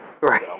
right